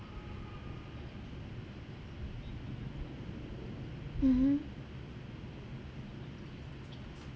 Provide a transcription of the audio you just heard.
mmhmm